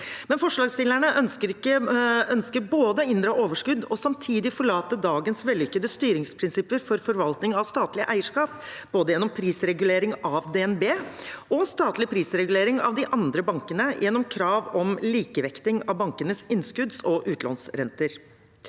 Forslagsstillerne ønsker både å hindre overskudd og å forlate dagens vellykkede styringsprinsipper for forvaltning av statlig eierskap, gjennom både prisregulering av DNB og statlig prisregulering av de andre bankene, gjennom krav om likevekting av bankenes innskudds- og utlånsrenter.